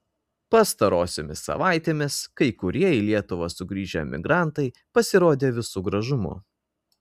pastarosiomis savaitėmis kai kurie į lietuvą sugrįžę emigrantai pasirodė visu gražumu